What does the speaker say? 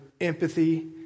empathy